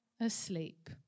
asleep